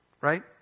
right